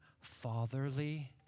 fatherly